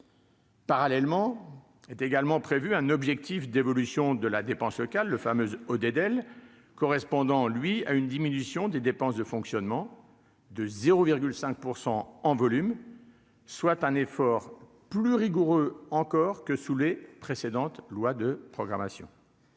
Parallèlement, est également prévu un objectif d'évolution de la dépense locale, le fameux ODEDEL, correspondant, lui, à une diminution des dépenses de fonctionnement de 0 5 % en volume, soit un effort plus rigoureux encore que sous les précédentes lois de programmation.